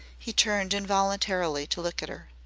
he turned involuntarily to look at her.